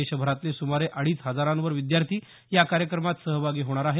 देशभरातले सुमारे अडीच हजारावर विद्यार्थी या कार्यक्रमात सहभागी होणार आहेत